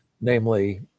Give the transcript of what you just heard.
namely